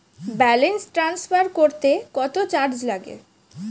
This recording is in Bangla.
ব্যালেন্স ট্রান্সফার করতে কত চার্জ লাগে?